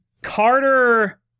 Carter